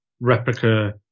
replica